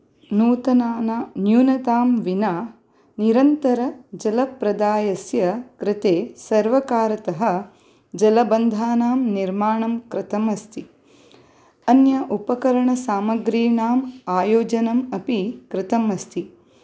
नूतनाना न्यूनतां विना निरन्तरजलप्रदायस्य कृते सर्वकारतः जलबन्धानां निर्माणं कृतमस्ति अन्य उपकरणसामग्रीणाम् आयोजनम् अपि कृतम् अस्ति